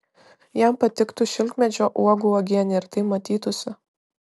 jam patiktų šilkmedžio uogų uogienė ir tai matytųsi